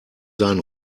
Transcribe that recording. sein